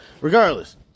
Regardless